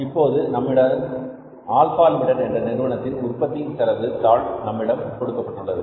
இப்போது நம்மிடம் Alpha Limited என்ற நிறுவனத்தின் உற்பத்தியின் செலவு தாள் நம்மிடம் கொடுக்கப்பட்டுள்ளது